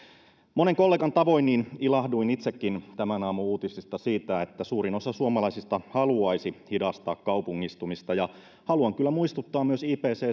monen kollegan tavoin ilahduin itsekin tämän aamun uutisista siitä että suurin osa suomalaisista haluaisi hidastaa kaupungistumista haluan muistuttaa myös ipcc